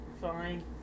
Fine